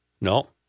No